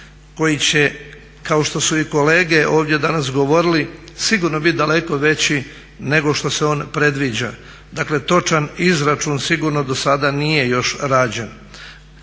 koji će kao što su i kolege ovdje danas govorili sigurno biti daleko veći nego što se on predviđa? Dakle točan izračun sigurno do sada još nije rađen.